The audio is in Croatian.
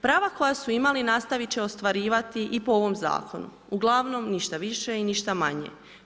Prava koja su imali nastavit će ostvarivati i po ovom zakonu, uglavnom, ništa više i ništa manje.